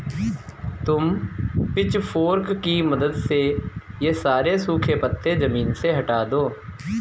तुम पिचफोर्क की मदद से ये सारे सूखे पत्ते ज़मीन से हटा दो